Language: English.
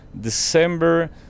December